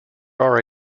are